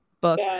book